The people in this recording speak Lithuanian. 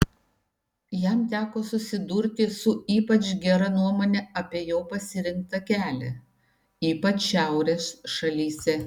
jam teko susidurti su ypač gera nuomone apie jo pasirinktą kelią ypač šiaurės šalyse